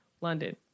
London